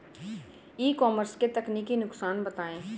ई commerce के तकनीकी नुकसान बताएं?